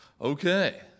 Okay